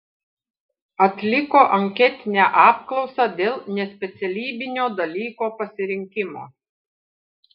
atliko anketinę apklausą dėl nespecialybinio dalyko pasirinkimo